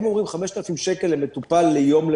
הם אומרים 5,000 שקל למטופל ליום,